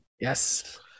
Yes